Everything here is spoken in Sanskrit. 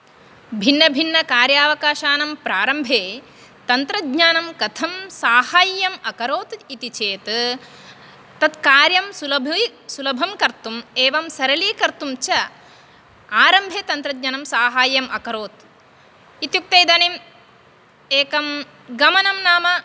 भिन्नभिन्नकार्यावकाशानां प्रारम्भे तन्त्रज्ञानं कथं साहाय्यम् अकरोत् इति चेत् तत् कार्यं सुलभी सुलभं कर्तुं एवं सरलीकर्तुं च आरम्भे तन्त्रज्ञानं साहाय्यम् अकरोत् इत्युक्ते इदानीं एकं गमनं नाम